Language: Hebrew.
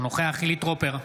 אינו נוכח חילי טרופר,